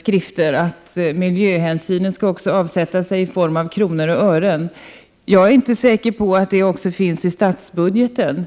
skrifter att miljöhänsynen också skall avsätta sig i form av kronor och ören. Jag är inte säker på att det också finns med i statsbudgeten.